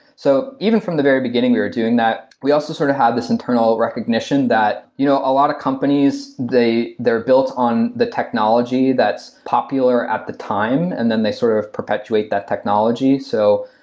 so, even from the very beginning, we're doing that. we also sort of have this internal recognition that you know a lot of companies, they're built on the technology that's popular at the time, and then they sort of perpetuate that technology. so,